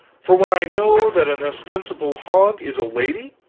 for when i know that an ostensible hog is a lady,